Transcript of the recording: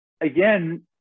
again